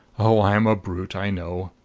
oh, i'm a brute, i know!